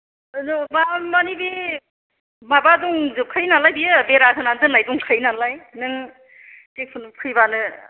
नो मा मानि बे माबा दंजोबखायो नालाय बियो बेरा होनानै दोन्नाय दंखायो नालाय नों जेखुनु फैबानो